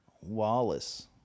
Wallace